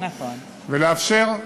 ולאפשר,